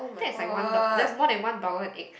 then is like one dol~ that's more than one dollar an egg